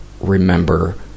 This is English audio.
remember